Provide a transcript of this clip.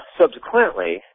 subsequently